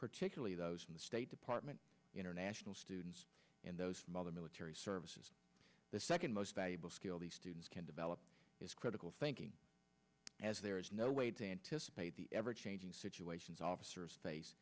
particularly those from the state department international students and those from other military services the second most valuable skill the students can develop is critical thinking as there is no way to anticipate the ever changing situations officers face